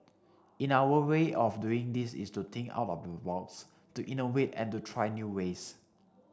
in our way of doing this is to think out of the box to innovate and to try new ways